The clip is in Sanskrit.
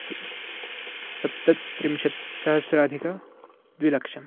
सप् सप्तत्रिंशतसहस्राधिकं द्विलक्षम्